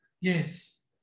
Yes